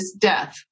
death